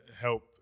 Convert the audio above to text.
help